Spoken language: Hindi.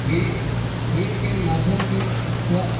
खेल खेल के माध्यम से स्व